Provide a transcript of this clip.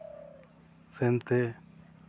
ᱥᱮᱱᱛᱮ